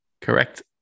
Correct